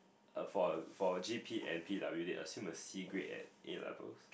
uh for for G_P and P_W D I assume a C grad at A-levels